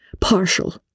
partial